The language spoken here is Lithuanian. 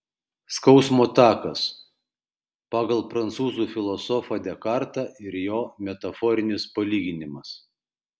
skausmo takas pagal prancūzų filosofą dekartą ir jo metaforinis palyginimas